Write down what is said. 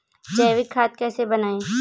जैविक खाद कैसे बनाएँ?